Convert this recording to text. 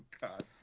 god